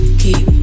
keep